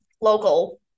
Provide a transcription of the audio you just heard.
local